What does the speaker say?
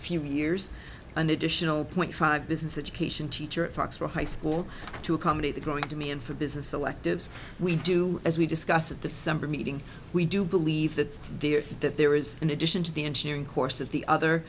few years an additional point five business education teacher at foxborough high school to accommodate the growing demand for business electives we do as we discussed at the summer meeting we do believe that there that there is in addition to the engineering course that the other